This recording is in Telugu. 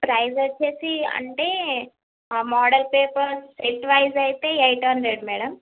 ప్రైస్ వచ్చి అంటే ఆ మోడల్ పేపర్ సెట్ వైస్ అయితే ఎయిట్ హండ్రెడ్ మేడం